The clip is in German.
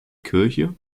kirche